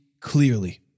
clearly